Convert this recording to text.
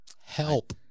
Help